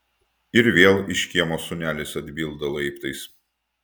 ir vėl iš kiemo sūnelis atbilda laiptais